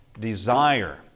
desire